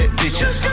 bitches